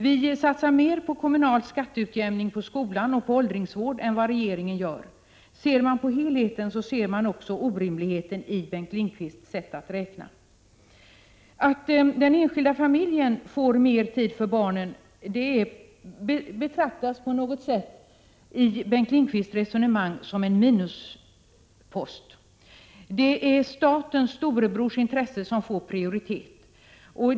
Vi vill satsa mer på kommunal skatteutjämning när det gäller skolor och åldringsvård än vad regeringen gör. Ser man till helheten upptäcker man också orimligheten i Bengt Lindqvists sätt att räkna. Att den enskilda familjen får mer tid för barnen betraktas på något sätt i Bengt Lindqvists resonemang som en minuspost. Det är statens, Storebrors, intresse som får prioritet.